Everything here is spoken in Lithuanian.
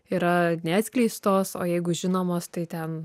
yra neatskleistos o jeigu žinomos tai ten